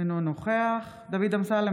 אינו נוכח דוד אמסלם,